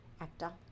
actor